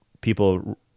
people